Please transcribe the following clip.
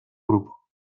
grupo